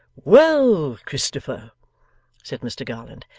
well, christopher said mr garland,